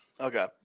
Okay